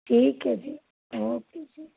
ਠੀਕ ਹੈ ਜੀ ਓਕੇ ਜੀ